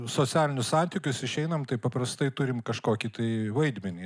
socialinius santykius išeinam taip paprastai turim kažkokį tai vaidmenį